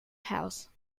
house